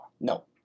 No